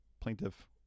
plaintiff